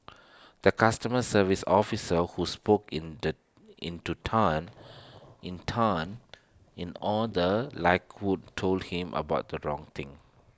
their customer service officer who spoke in the into Tan in Tan in all the likelihood told him about the wrong thing